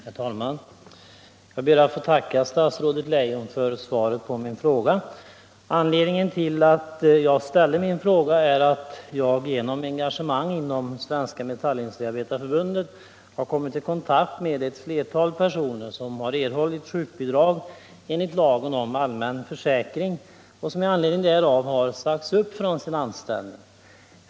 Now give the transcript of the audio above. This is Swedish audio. Herr talman! Jag ber att få tacka statsrådet Leijon för svaret på min fråga. Anledningen till att jag ställde den är att jag, genom engagemang inom Svenska metallindustriarbetareförbundet har kommit i kontakt med ett flertal personer som har erhållit sjukbidrag enligt lagen om allmän försäkring och som med anledning därav har sagts upp från sin anställning.